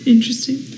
Interesting